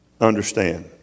understand